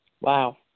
Wow